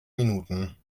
minuten